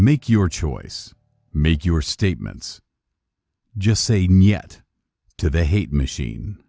make your choice make your statements just say nyet to the hate machine